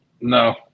no